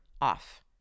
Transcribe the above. off